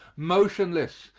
motionless,